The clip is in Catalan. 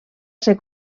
ser